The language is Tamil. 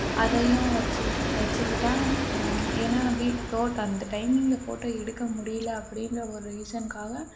அதையும் வச்சுருப்போம் வச்சிகிட்டா ஏன்னா வீட் போட் அந்த டைம்மிங்கில் போட்டோ எடுக்க முடியிலை அப்படிங்ற ஒரு ரீசன்காக